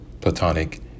platonic